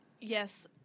yes